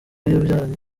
yabyaranye